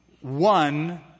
one